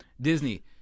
Disney